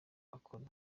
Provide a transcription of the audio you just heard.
bakore